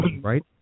right